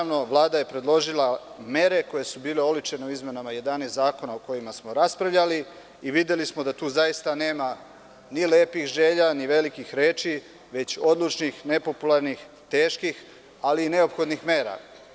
Vlada je predložila mere koje su bile oličene u izmenama 11 zakona o kojima smo raspravljali i videli smo da tu zaista nema ni lepih željani velikih reči, već odlučnih, nepopularnih, teških ali i neophodnih mera.